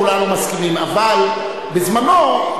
אבל בזמנו,